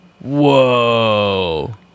Whoa